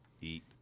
eat